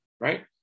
right